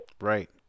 Right